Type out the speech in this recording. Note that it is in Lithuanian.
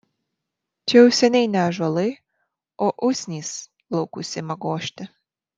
čia jau seniai ne ąžuolai o usnys laukus ima gožti